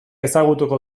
ezagutuko